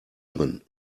drin